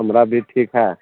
हमारा भी ठीक है